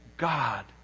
God